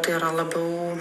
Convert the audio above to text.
tai yra labiau